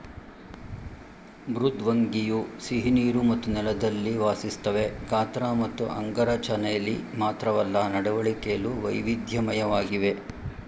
ಮೃದ್ವಂಗಿಯು ಸಿಹಿನೀರು ಮತ್ತು ನೆಲದಲ್ಲಿ ವಾಸಿಸ್ತವೆ ಗಾತ್ರ ಮತ್ತು ಅಂಗರಚನೆಲಿ ಮಾತ್ರವಲ್ಲ ನಡವಳಿಕೆಲು ವೈವಿಧ್ಯಮಯವಾಗಿವೆ